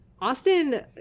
Austin